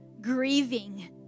grieving